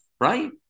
Right